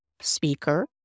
speaker